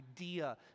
idea